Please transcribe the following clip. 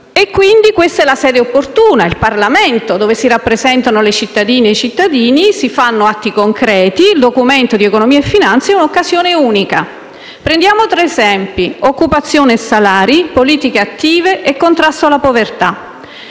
E quindi questa è la sede opportuna, il Parlamento, dove si rappresentano le cittadine e i cittadini, si fanno atti concreti e il Documento di economia e finanza è un'occasione unica. Prendiamo in esame tre esempi: occupazione e salari, politiche attive e contrasto alla povertà.